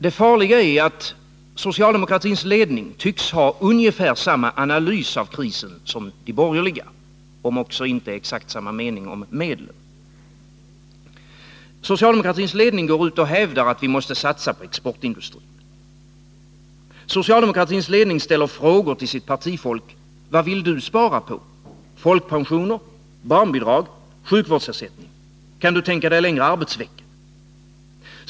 Det farliga är att socialdemokratins ledning tycks ha ungefär samma analys av krisen som de borgerliga, om också inte exakt samma mening om medlen. Socialdemokratins ledning går ut och hävdar att vi måste satsa på exportindustrin. Socialdemokratins ledning ställer frågor till sitt partifolk: Vad vill du spara på? Folkpensioner? Barnbidrag? Sjukvårdsersättning? Kan du tänka dig längre arbetsvecka?